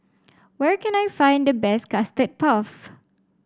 where can I find the best Custard Puff